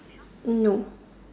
no